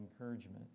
encouragement